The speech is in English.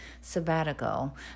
sabbatical